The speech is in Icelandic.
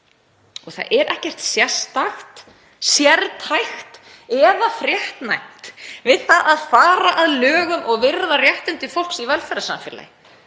og það er ekkert sértækt eða fréttnæmt við það að fara að lögum og virða réttindi fólks í velferðarsamfélagi